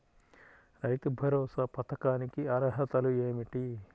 రైతు భరోసా పథకానికి అర్హతలు ఏమిటీ?